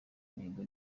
mihigo